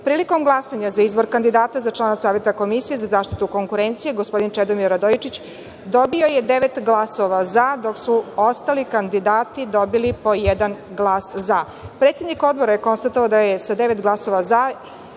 redu. Prilikom glasanja za izbor kandidata za člana Saveta Komisije za zaštitu konkurencije, gospodin Čedomir Radojičić dobio je devet glasova za, dok su ostali kandidati dobili po jedan glas za. Predsednik Odbora je konstatovao da je sa devet glasova za